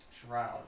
Shroud